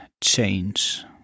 change